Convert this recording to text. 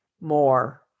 more